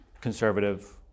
conservative